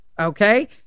okay